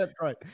right